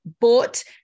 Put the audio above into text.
bought